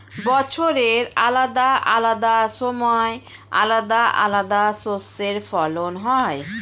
বছরের আলাদা আলাদা সময় আলাদা আলাদা শস্যের ফলন হয়